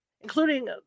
Including